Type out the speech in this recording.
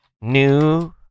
new